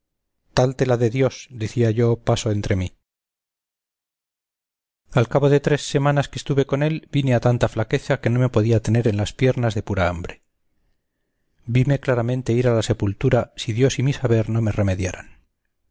te la dé dios decía yo paso entre mí a cabo de tres semanas que estuve con él vine a tanta flaqueza que no me podía tener en las piernas de pura hambre vime claramente ir a la sepultura si dios y mi saber no me remediaran